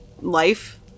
life